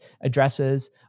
addresses